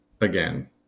again